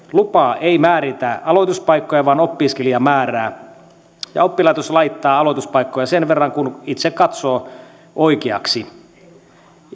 lupa ei määritä aloituspaikkoja vaan opiskelijamäärää ja oppilaitos laittaa aloituspaikkoja sen verran kuin itse katsoo oikeaksi